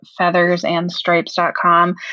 feathersandstripes.com